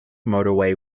motorway